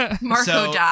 Marco